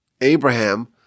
Abraham